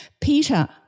Peter